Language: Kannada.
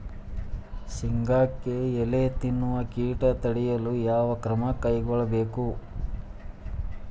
ಶೇಂಗಾಕ್ಕೆ ಎಲೆ ತಿನ್ನುವ ಕೇಟ ತಡೆಯಲು ಯಾವ ಕ್ರಮ ಕೈಗೊಳ್ಳಬೇಕು?